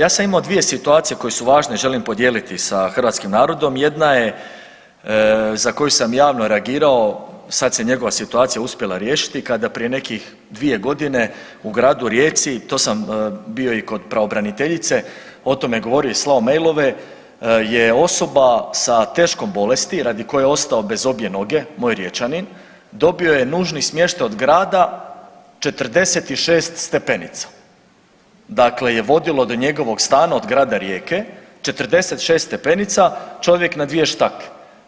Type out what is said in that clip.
ja sam imao 2 situacije koje su važne, želim podijeliti sa hrvatskim narodom, jedna je za koju sam javno reagirao sad se njegova situacija uspjela riješiti, kada prije nekih 2 godine u gradu Rijeci, to sam bio i kod pravobraniteljice o tome govorio i slao mailove je osoba sa teškom bolesti radi koje je ostao bez obje noge, moj Riječanin dobio je nužni smještaj od grada 46 stepenica dakle je vodilo do njegovog stana od grada Rijeke, 46 stepenica čovjek na 2 štake.